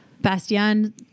Bastian